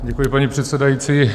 Děkuji, paní předsedající.